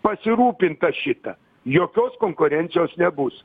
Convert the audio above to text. pasirūpinta šita jokios konkurencijos nebus